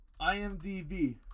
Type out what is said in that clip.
IMDb